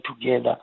together